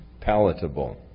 palatable